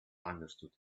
understood